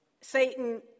Satan